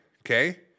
okay